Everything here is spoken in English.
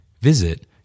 Visit